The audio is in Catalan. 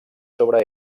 sobre